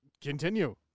Continue